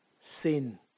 sin